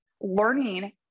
learning